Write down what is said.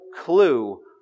clue